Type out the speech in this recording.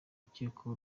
ukekwaho